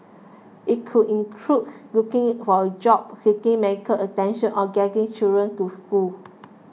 it could include looking for a job seeking medical attention or getting children to school